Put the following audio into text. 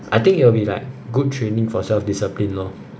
I think it will be like good training for self discipline lor